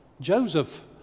Joseph